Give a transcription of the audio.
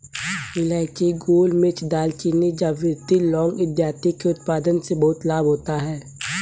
इलायची, गोलमिर्च, दालचीनी, जावित्री, लौंग इत्यादि के उत्पादन से बहुत लाभ होता है